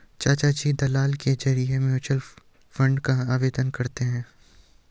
चाचाजी दलाल के जरिए म्यूचुअल फंड का आवेदन करते हैं